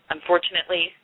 Unfortunately